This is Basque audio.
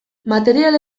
material